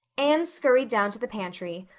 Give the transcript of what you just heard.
anne scurried down to the pantry,